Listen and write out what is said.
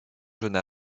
jeune